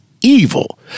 evil